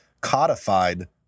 codified